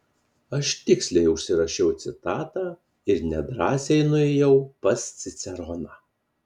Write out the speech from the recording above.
aš tiksliai užsirašiau citatą ir nedrąsiai nuėjau pas ciceroną